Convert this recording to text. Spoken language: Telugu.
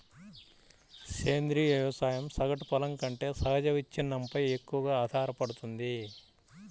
సేంద్రీయ వ్యవసాయం సగటు పొలం కంటే సహజ విచ్ఛిన్నంపై ఎక్కువగా ఆధారపడుతుంది